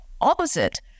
opposite